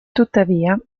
tuttavia